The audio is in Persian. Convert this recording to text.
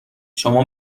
شما